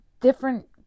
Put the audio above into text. different